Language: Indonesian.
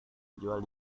dijual